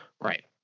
Right